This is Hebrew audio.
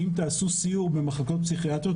אם תעשו סיור במחלקות פסיכיאטריות,